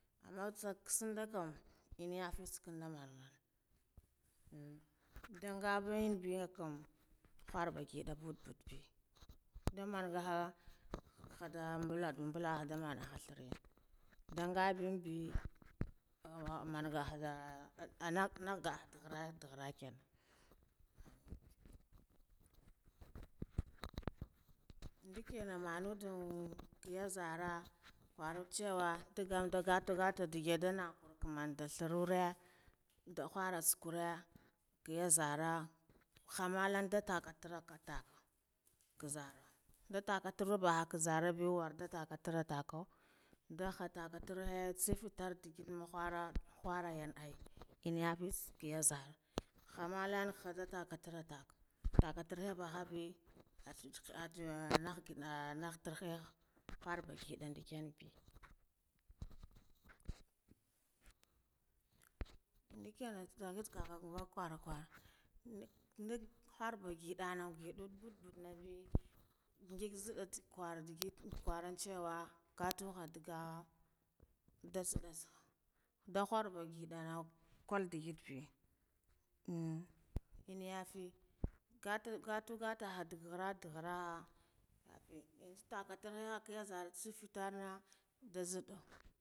Amma nkasnda kam inaya nda mana mana ndugabi, enna khurba gidda bud bud be nda manga hada baladu bula nda mana threa, ndagadube manga haa nnaga dakhure kharebe ndikina manada ya zara khara chewa dagan tada gata gata dukh yaddonu wur mamda thrare da khara sarare ya zara hataman dah takatura tak zara ndah tura zara biyu war da takaturu takh ndaha takaturuwe tsaha ndigir mahura harayan ai, enna yafisu ya zara hamadan ha da taka tare takha trinya tahaba arch nah ngidan nah trahih ngidin ndikiyan be. Ndikin ngig kwara ndik ndik harba ngiddanu ngidu bi ngig nzidda kwara digi kwaran chewa nga nda nzidde tsaha da khuraba gidana kuldugidbe enna yafi ngatu ngata ah dukjhara dukharu yan zo tahatirinya ya zara isafutore.